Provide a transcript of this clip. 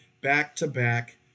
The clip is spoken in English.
back-to-back